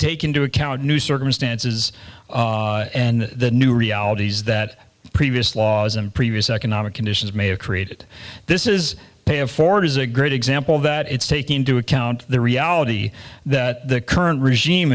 take into account new circumstances and the new realities that previous laws and previous economic conditions may have created this is pay it forward is a great example that it's taking into account the reality that the current regime